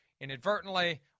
inadvertently